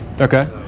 Okay